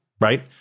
right